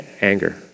anger